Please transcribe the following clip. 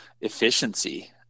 efficiency